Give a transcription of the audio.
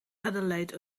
adelaide